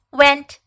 went